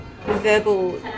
verbal